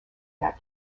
that